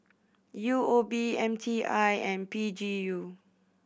U O B M T I and P G U